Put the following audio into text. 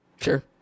Sure